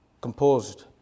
composed